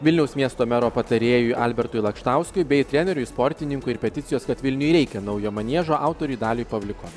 vilniaus miesto mero patarėjui albertui lakštauskui bei treneriui sportininkui ir peticijos kad vilniui reikia naujo maniežo autoriui daliui pavliukovi